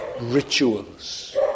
rituals